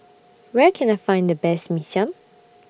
Where Can I Find The Best Mee Siam